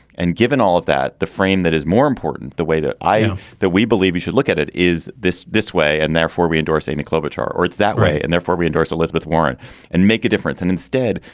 and given all of that, the frame that is more important, the way that i know ah that we believe you should look at it, is this this way and therefore we endorse amy klobuchar or that way. and therefore, we endorse elizabeth warren and make a difference. and instead,